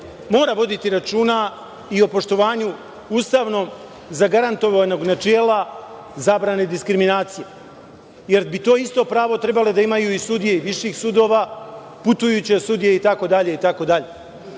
mora voditi računa i o poštovanju ustavno zagarantovanog načela, zabrane diskriminacije, jer bi to isto pravo trebalo da imaju i sudije viših sudija, putujuće sudije,